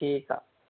ठीकु आहे